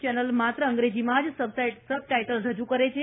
channel માત્ર અંગ્રેજીમાં જ સબ ટાઇટલ રજૂ કરે છે